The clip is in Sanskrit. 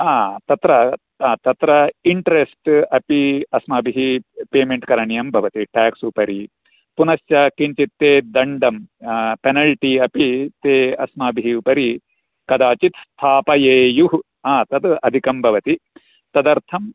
हा तत्र तत्र इन्ट्रस्ट् अपि अस्माभिः पेमेण्ट् करणीयं भवति टाक्स् उपरि पुनश्च किञ्चित् ते दण्डं पेनल्टि अपि ते अस्माभिः उपरि कदाचित् स्थापयेयुः हा तत् अधिकं भवति तदर्थं